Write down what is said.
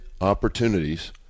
opportunities